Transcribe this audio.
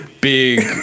big